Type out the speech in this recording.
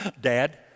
Dad